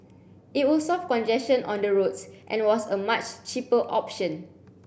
it would solve congestion on the roads and was a much cheaper option